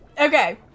Okay